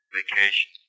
vacation